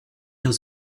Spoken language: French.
aux